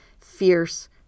fierce